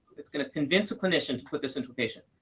that's going to convince a clinician to put this into a patient.